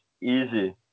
easy